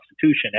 constitution